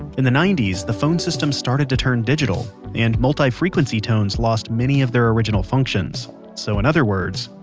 in the ninety s, the phone system started to turn digital, and multi-frequency tones lost many of their original functions so, in other words,